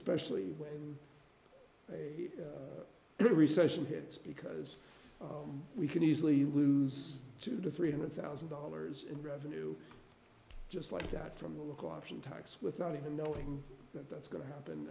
especially when the recession hits because we can easily lose two to three hundred thousand dollars in revenue just like that from the local option tax without even knowing that that's going to